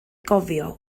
gofio